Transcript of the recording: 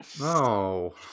No